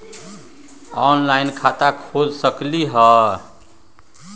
Online खाता खोल सकलीह?